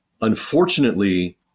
Unfortunately